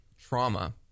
trauma